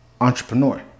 entrepreneur